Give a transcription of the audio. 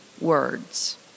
words